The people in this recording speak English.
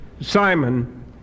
Simon